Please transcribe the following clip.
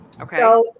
Okay